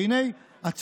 והינה,